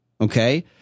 Okay